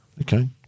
Okay